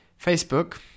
Facebook